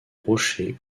rochers